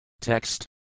Text